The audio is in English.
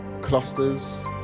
clusters